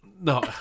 No